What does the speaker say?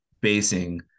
basing